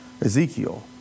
Ezekiel